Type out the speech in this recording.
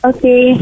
Okay